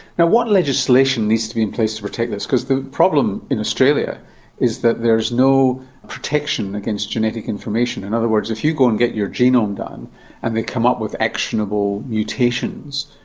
now, what legislation needs to be in place to protect this? because the problem in australia is that there's no protection against genetic information. in other words, if you go and get your genome done and they come up with actionable mutations,